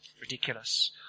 Ridiculous